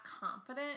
confident